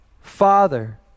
Father